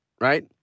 right